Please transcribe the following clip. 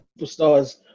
superstars